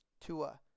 Tua